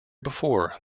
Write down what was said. before